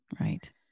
right